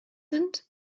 sind